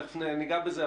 תיכף ניגע בזה,